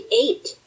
eight